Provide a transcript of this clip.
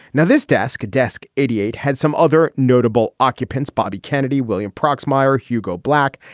now, this desk, desk eighty eight, had some other notable occupants bobby kennedy, william proxmire, hugo black,